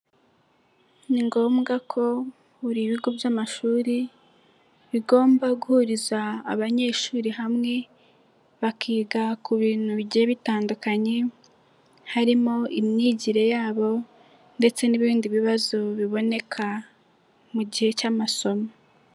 Ni ngombwa ko buri bigo by'amashuri bigomba guhuriza abanyeshuri hamwe bakiga ku bintu bigiye bitandukanye harimo imyigire yabo ndetse n'ibindi bibazo biboneka mu gihe cy'amasomo.